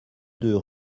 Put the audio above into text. deux